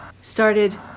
started